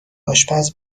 آشپز